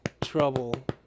trouble